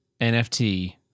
NFT